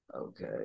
Okay